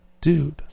dude